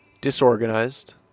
disorganized